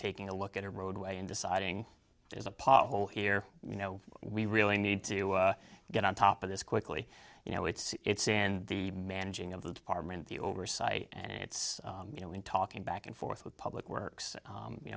taking a look at a roadway and deciding it is a pothole here you know we really need to get on top of this quickly you know it's in the managing of the department the oversight and it's you know in talking back and forth with public works